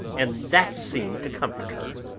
and that seemed to comfort her.